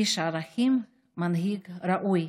איש ערכים ומנהיג ראוי.